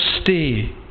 stay